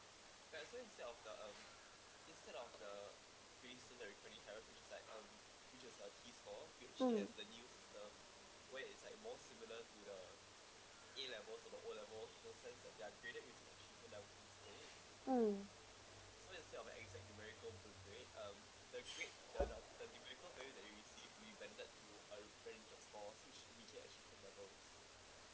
mm mm